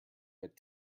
but